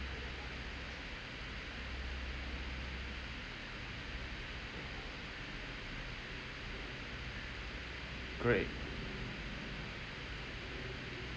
great